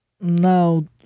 now